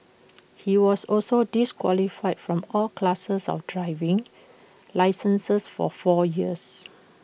he was also disqualified from all classes of driving licenses for four years